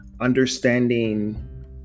understanding